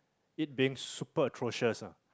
it being super atrocious ah